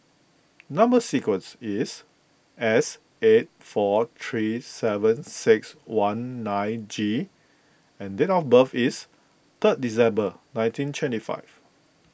Number Sequence is S eight four three seven six one nine G and date of birth is third December nineteen twenty five